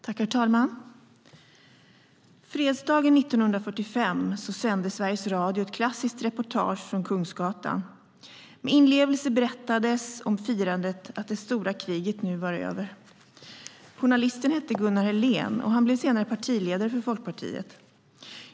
Herr talman! Fredsdagen 1945 sände Sveriges Radio ett klassiskt reportage från Kungsgatan. Med inlevelse berättades om firandet av att det stora kriget nu var över. Journalisten hette Gunnar Helén, och han blev senare partiledare för Folkpartiet.